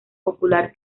popular